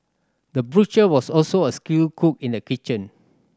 the butcher was also a skilled cook in the kitchen